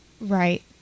Right